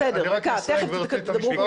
בסדר, דקה, תיכף תדברו כולכם.